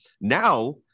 Now